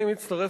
אני מצטרף,